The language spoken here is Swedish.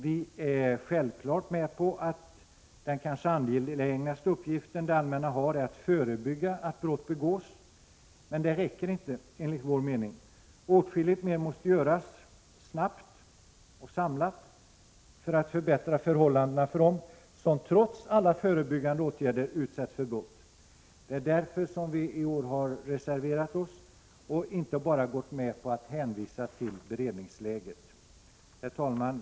Vi håller självfallet med om att den kanske angelägnaste uppgift det allmänna har är att förebygga att brott begås. Men det räcker enligt vår mening inte. Åtskilligt mer måste göras snabbt och samlat, för att förbättra förhållandena för dem som trots alla förebyggande åtgärder utsätts för brott. Det är därför som vi i år har reserverat oss och inte gått med på att bara hänvisa till beredningsläget. Herr talman!